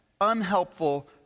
unhelpful